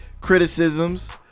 criticisms